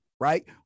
right